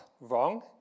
wrong